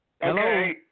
Hello